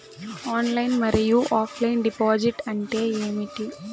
Online మరియు offline deposit అంటే ఏమిటి?